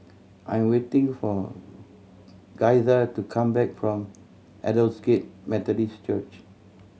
I am waiting for Gaither to come back from Aldersgate Methodist Church